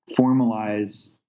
formalize